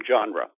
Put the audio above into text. genre